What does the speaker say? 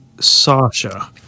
Sasha